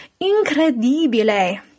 incredibile